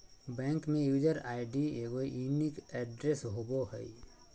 bank में user ID एगो unique address होबो हइ